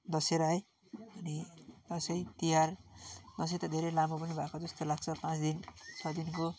दसेरा है अनि दसैँ तिहार दसैँ त धेरै लामो पनि भएको जस्तो लाग्छ पाँच दिन छ दिनको